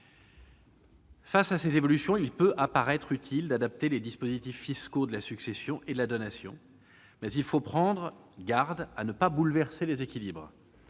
Face à ces évolutions, il peut paraître utile d'adapter les dispositifs fiscaux de la succession et de la donation, mais il faut prendre garde à ne pas bouleverser les équilibres.